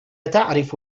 تعرف